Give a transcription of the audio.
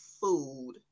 food